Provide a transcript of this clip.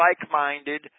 like-minded